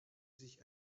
sich